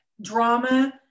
drama